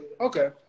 Okay